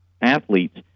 athletes